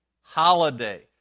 holiday